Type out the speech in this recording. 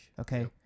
okay